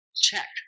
check